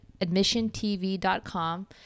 admissiontv.com